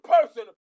person